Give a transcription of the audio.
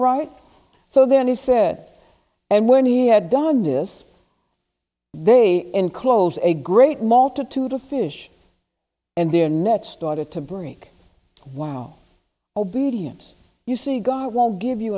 right so then he said and when he had done this they enclose a great multitude of fish and their nets started to break wow obedient you see god will give you